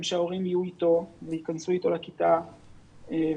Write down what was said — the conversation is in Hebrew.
שההורים יהיו אתו וייכנסו אתו לכיתה וכולי.